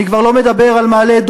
אני כבר לא מדבר על מעלה-אדומים,